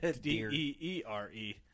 D-E-E-R-E